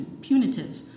punitive